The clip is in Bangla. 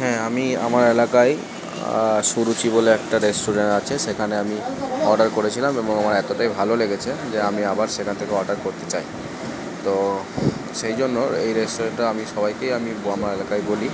হ্যাঁ আমি আমার এলাকায় সুরুচি বলে একটা রেস্টুরেন্টে আছে সেখানে আমি অর্ডার করেছিলাম এবং আমার এতোটাই ভালো লেগেছে যে আমি আবার সেখান থেকে অর্ডার করতে চাই তো সেই জন্য এই রেস্টুরেন্টটা আমি সবাইকেই আমি আমার এলাকায় বলি